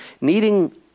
needing